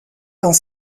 dans